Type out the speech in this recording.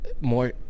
more